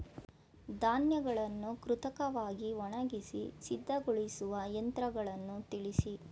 ಧಾನ್ಯಗಳನ್ನು ಕೃತಕವಾಗಿ ಒಣಗಿಸಿ ಸಿದ್ದಗೊಳಿಸುವ ಯಂತ್ರಗಳನ್ನು ತಿಳಿಸಿ?